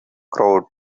crowd